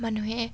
মানুহে